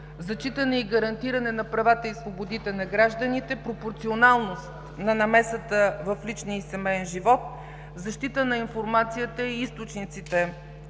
зачитане и гарантиране на правата и свободите на гражданите, пропорционалност на намесата в личния и семеен живот, защита на информацията и източниците